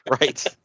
Right